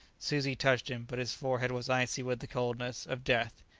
suzi touched him, but his forehead was icy with the coldness of death.